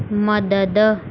મદદ